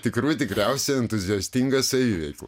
tikrų tikriausia entuziastinga saviveikla